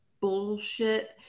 bullshit